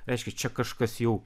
reiškia čia kažkas jau